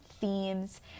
themes